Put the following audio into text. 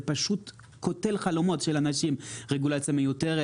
זה פשוט קוטל חלומות של אנשים, רגולציה מיותרת.